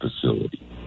Facility